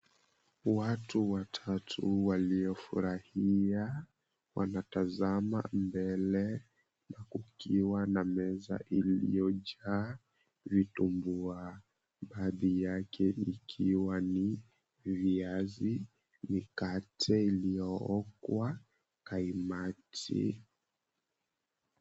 Watu watatu waliofurahia, wanatazama mbele na kukiwa na meza iliyojaa vitumbua baadhi yake ikiwa ni viazi, mikate iliyookwa, kaimati.